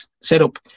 setup